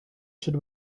should